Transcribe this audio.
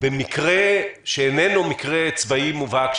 במקרה שאיננו מקרה צבאי מובהק,